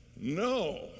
No